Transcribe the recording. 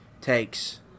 takes